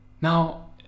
Now